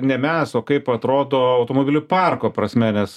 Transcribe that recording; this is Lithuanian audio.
ne mes o kaip atrodo automobilių parko prasme nes